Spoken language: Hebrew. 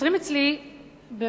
יוצרים אצלי מין